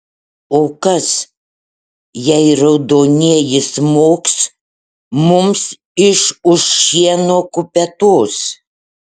o kas jei raudonieji smogs mums iš už šieno kupetos